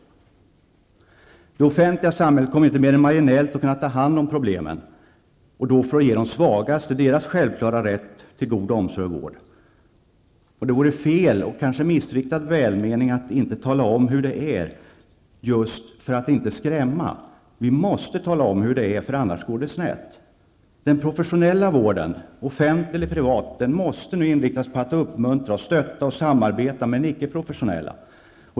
Det offentliga samhället kommer inte mer än marginellt att kunna ta hand om problemen och då för att ge de svagaste deras självklara rätt till god omsorg och vård. Det vore fel av oss att av missriktad välmening inte tala om hur det är för att inte skrämma. Vi måste tala om hur det är, för annars går det snett. Den professionella vården, offentlig eller privat, måste nu inriktas på att uppmuntra stötta och samarbeta med den ickeprofessionella.